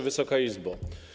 Wysoka Izbo!